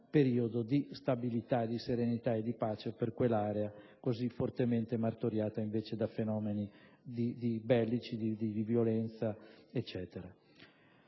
periodo di stabilità, di serenità e di pace per quell'area così fortemente martoriata da fenomeni bellici e di violenza. Il Governo